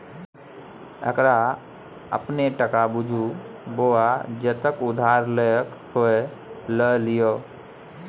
एकरा अपने टका बुझु बौआ जतेक उधार लए क होए ल लिअ